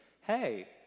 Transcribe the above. hey